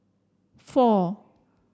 four